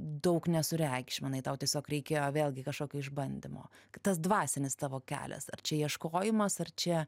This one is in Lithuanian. daug nesureikšminai tau tiesiog reikėjo vėlgi kažkokio išbandymo tas dvasinis tavo kelias ar čia ieškojimas ar čia